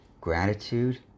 Gratitude